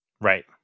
Right